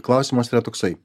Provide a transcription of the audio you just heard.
klausimas yra toksai